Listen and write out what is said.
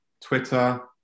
twitter